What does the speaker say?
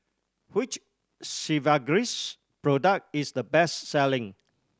which Sigvaris product is the best selling